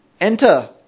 enter